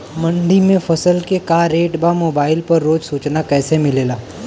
मंडी में फसल के का रेट बा मोबाइल पर रोज सूचना कैसे मिलेला?